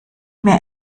mir